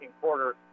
quarter